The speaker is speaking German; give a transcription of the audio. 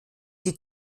die